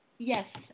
Yes